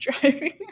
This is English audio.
driving